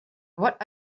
what